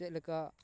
ᱪᱮᱫ ᱞᱮᱠᱟ